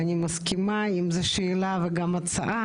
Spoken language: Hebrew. אני מסכימה עם השאלה וההצעה,